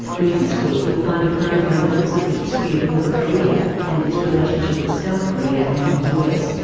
where this week you'll find a program that looks at the history of north korea and its relationship with south korea and the u s.